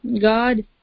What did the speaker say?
God